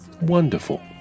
Wonderful